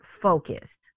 focused